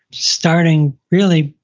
starting really,